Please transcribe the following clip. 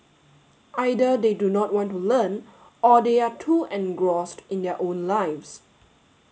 either they do not want to learn or they are too engrossed in their own lives